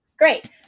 Great